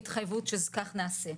הנה התחייבות שכך נעשה.